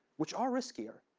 which are riskier.